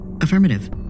Affirmative